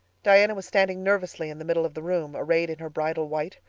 diana was standing nervously in the middle of the room, arrayed in her bridal white,